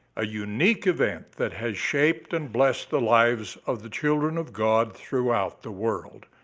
a unique event that has shaped and blessed the lives of the children of god throughout the world,